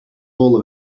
all